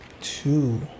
two